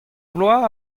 bloaz